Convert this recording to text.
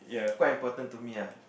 quite important to me lah